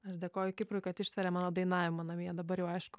aš dėkoju kiprui kad ištveria mano dainavimą namie dabar jau aišku